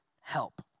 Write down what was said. help